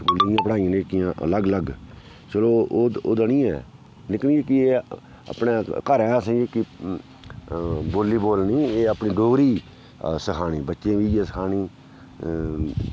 स्कूलें दियां पढाइयां जेह्कियां अलग अलग चलो ओह् ओह्दा नी ऐ लेकिन केह् ऐ अपने घरै असें इक बोली बोलनी एह् अपनी डोगरी सखानी बच्चें बी इ'यै सखानी